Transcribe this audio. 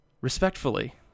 respectfully